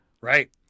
Right